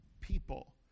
people